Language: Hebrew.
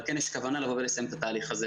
אבל כן יש כוונה לסיים את התהליך הזה